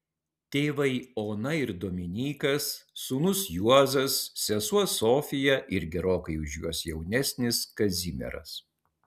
tėvai ona ir dominykas sūnus juozas sesuo sofija ir gerokai už juos jaunesnis kazimieras